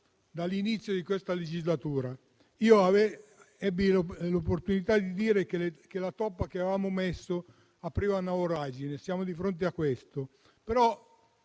dall'inizio di questa legislatura. Ho già avuto l'opportunità di dire che la toppa che avevamo messo apriva una voragine e siamo di fronte a questo,